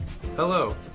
Hello